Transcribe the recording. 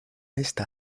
esta